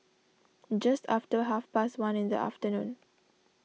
just after half past one in the afternoon